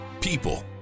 people